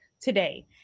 today